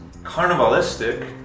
Carnivalistic